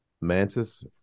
mantis